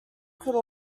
could